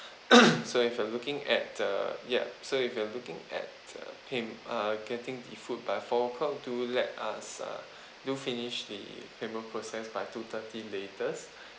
so if you're looking at uh ya so if you are looking at uh paym~ uh getting the food by four o'clock do let us uh do finish the payment process by two thirty latest